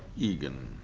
egan?